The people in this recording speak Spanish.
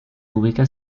ubica